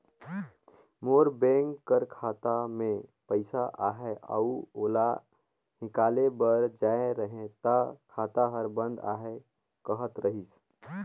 मोर bank कर खाता में पइसा अहे अउ ओला हिंकाले बर जाए रहें ता खाता हर बंद अहे कहत रहिस